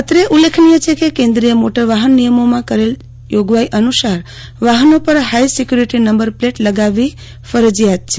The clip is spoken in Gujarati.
અત્રે ઉલ્લેખનીય છે કે કેન્દ્રીય મોટર વાહન નિયમોમાં કરેલ જોગવાઇ અનુસાર વાહનો પર હાઇ સીક્વુરીટી નંબર પ્લેટ લગાવવી ફરજીયાત છે